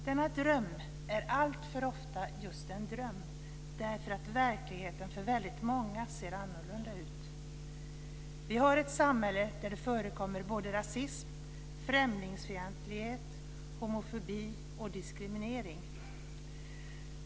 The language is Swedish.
Denna dröm är alltför ofta just en dröm därför att verkligheten för väldigt många ser annorlunda ut. Vi har ett samhälle där det förekommer rasism, främlingsfientlighet, homofobi och diskriminering.